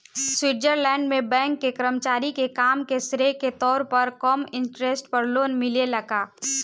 Switzerland में bank के कर्मचारी के काम के श्रेय के तौर पर कम इंटरेस्ट पर लोन मिलेला का?